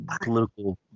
political